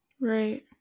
right